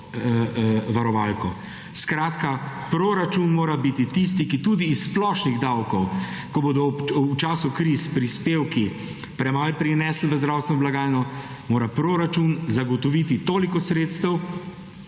proračunsko varovalko. Skratka, proračun mora biti tisti, ki tudi iz splošnih davkov, ko bodo v času kriz prispevki premalo prinesli v zdravstveno blagajno, mora proračun zagotoviti toliko sredstev,